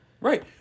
Right